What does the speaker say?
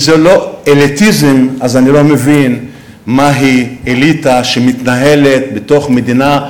אם זה לא אליטיזם אז אני לא מבין מהי אליטה שמתנהלת בתוך מדינה,